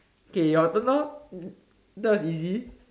okay your turn orh that was easy